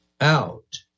out